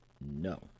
No